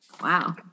Wow